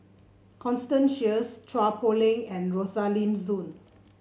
Constance Sheares Chua Poh Leng and Rosaline Soon